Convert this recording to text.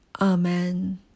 Amen